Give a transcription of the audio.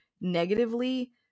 negatively